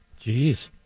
Jeez